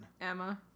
Emma